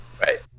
Right